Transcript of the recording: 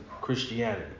Christianity